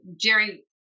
Jerry